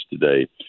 today